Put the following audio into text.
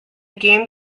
game